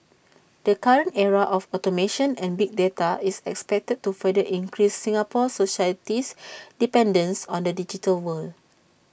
the current era of automation and big data is expected to further increase Singapore society's dependence on the digital world